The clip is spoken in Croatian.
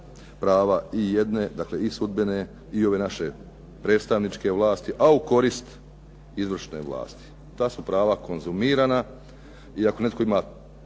prava i jedne, dakle i sudbene i ove naše predstavničke vlasti, a u korist izvršne vlasti. Ta su prava konzumirana i ako netko ima